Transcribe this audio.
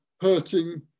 hurting